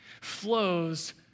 flows